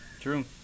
true